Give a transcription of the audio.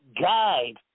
guide